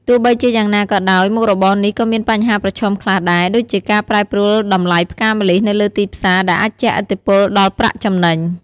ទោះបីជាយ៉ាងណាក៏ដោយ មុខរបរនេះក៏មានបញ្ហាប្រឈមខ្លះដែរ ដូចជាការប្រែប្រួលតម្លៃផ្កាម្លិះនៅលើទីផ្សាដែលរអាចជះឥទ្ធិពលដល់ប្រាក់ចំណេញ។